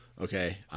Okay